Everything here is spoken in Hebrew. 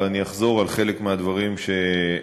אבל אני אחזור על חלק מהדברים שעניתי,